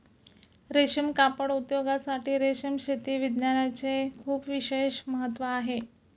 रेशीम कापड उद्योगासाठी रेशीम शेती विज्ञानाचे खूप विशेष महत्त्व आहे